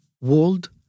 world